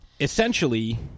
essentially